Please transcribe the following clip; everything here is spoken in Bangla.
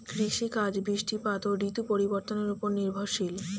কৃষিকাজ বৃষ্টিপাত ও ঋতু পরিবর্তনের উপর নির্ভরশীল